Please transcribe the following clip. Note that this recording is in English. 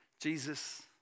Jesus